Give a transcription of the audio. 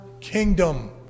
kingdom